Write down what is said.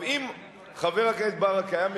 אם חבר הכנסת ברכה היה מציע,